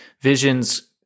Visions